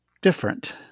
different